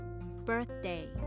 birthday